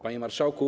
Panie Marszałku!